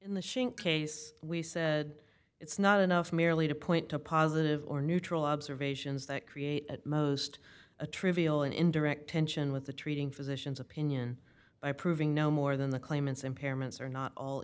shrink case we said it's not enough merely to point to positive or neutral observations that create at most a trivial and indirect tension with the treating physicians opinion by proving no more than the claimants impairments are not all